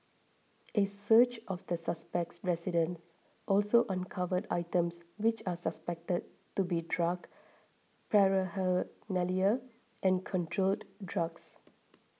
a search of the suspect's residence also uncovered items which are suspected to be drug paraphernalia and controlled drugs